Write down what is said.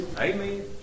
Amen